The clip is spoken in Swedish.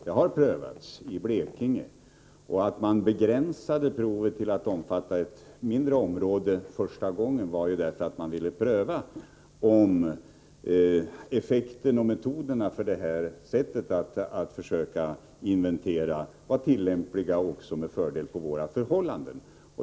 Det har prövats i Blekinge, och att man begränsade provet till att omfatta ett mindre område första gången berodde på att man ville pröva om metoderna — med hänsyn till effekterna — för att på detta sätt försöka göra en inventering, med fördel skulle kunna tillämpas också på våra förhållanden.